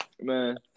man